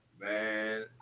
Man